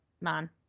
man